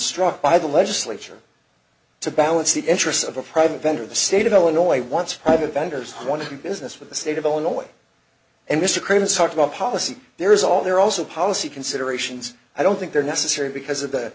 struck by the legislature to balance the interests of a private vendor the state of illinois wants to have a vendors one who business with the state of illinois and mr crimmins talk about policy there is all there are also policy considerations i don't think they're necessary because of the